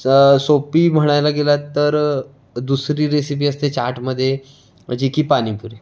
सोपी म्हणायला गेलात तर दुसरी रेसिपी असते चाटमध्ये जी की पाणीपुरी